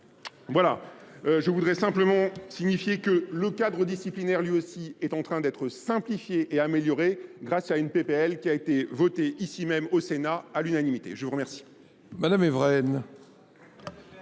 traités. Je voudrais simplement signifier que le cadre disciplinaire lui aussi est en train d'être simplifié et amélioré grâce à une PPL qui a été votée ici même au Sénat à l'unanimité. Je vous remercie.